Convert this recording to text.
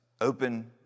open